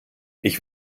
ich